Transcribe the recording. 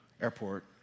Airport